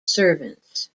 servants